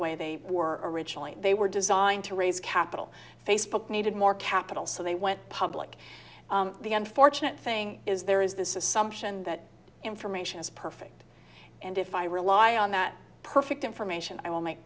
way they were originally they were designed to raise capital facebook needed more capital so they went public the unfortunate thing is there is this assumption that information is perfect and if i rely on that perfect information i will make